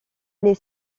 les